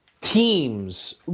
teams